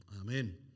Amen